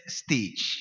stage